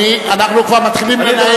אנחנו כבר מתחילים לנהל,